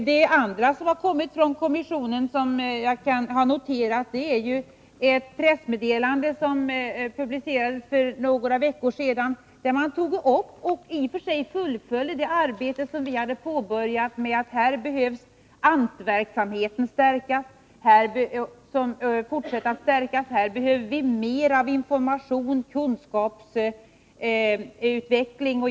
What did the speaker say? Det andra som har kommit från kommissionen som jag noterat är ett pressmeddelande som publicerades för några veckor sedan, där man tar upp och i och för sig fullföljer det arbete som vi påbörjade när vi insåg att ANT-verksamheten behöver fortsätta att stärkas, att vi behöver mer av information och kunskapsutveckling.